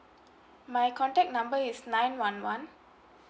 my contact number is nine one one